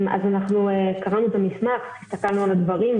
קראנו את המסמך, הסתכלנו על הדברים.